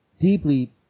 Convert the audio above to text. deeply